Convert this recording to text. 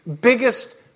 biggest